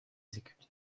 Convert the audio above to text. exécutés